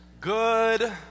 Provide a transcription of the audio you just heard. good